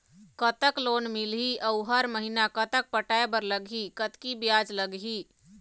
कतक लोन मिलही अऊ हर महीना कतक पटाए बर लगही, कतकी ब्याज लगही?